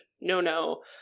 no-no